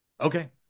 Okay